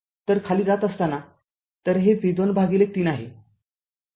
तरखाली जात असतानातर हे v२ भागिले ३ आहे